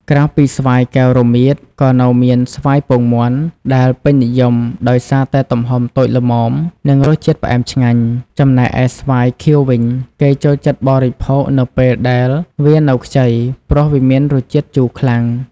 ក្រៅពីស្វាយកែវរមៀត ក៏នៅមាន ស្វាយពងមាន់ ដែលពេញនិយមដោយសារតែទំហំតូចល្មម និងរសជាតិផ្អែមឆ្ងាញ់។ ចំណែកឯស្វាយខៀវវិញ គេចូលចិត្តបរិភោគនៅពេលដែលវានៅខ្ចី ព្រោះវាមានរសជាតិជូរខ្លាំង។